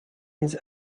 his